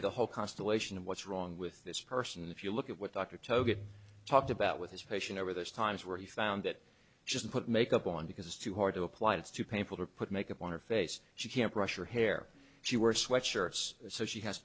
you the whole constellation of what's wrong with this person if you look at what dr togaf talked about with his patient over those times where he found that just put makeup on because it's too hard to apply it's too painful to put makeup on her face she can't brush your hair she wear sweat shirts so she has